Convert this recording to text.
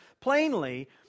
plainly